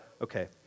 Okay